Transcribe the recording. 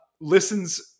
listens